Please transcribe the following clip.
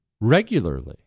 regularly